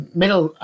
middle